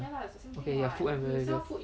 okay lah food and beverages